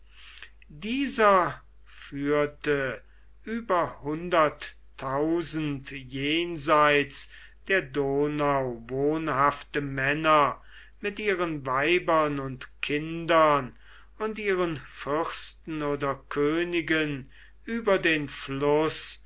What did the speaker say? dieser führte über hunderttausend jenseits der donau wohnhafte männer mit ihren weibern und kindern und ihren fürsten oder königen über den fluß